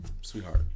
Sweetheart